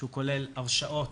שכולל הרשעות,